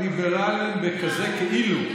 ליברלים בכזה-כאילו.